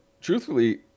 Truthfully